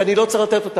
שאני לא צריך לתת אותו,